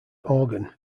organ